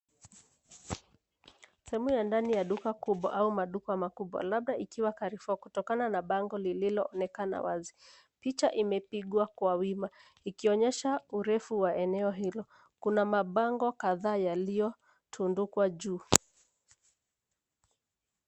Sehemu ya ndani ya duka kubwa au maduka makubwa, labda ikiwa Carrefour kutokana na bango lililoonekana wazi. Picha imepigwa kwa wima ikionyesha urefu wa eneo hilo. Kuna mabango kadhaa yaliyotundukwa juu.